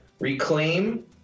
Reclaim